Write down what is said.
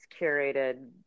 curated